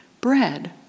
bread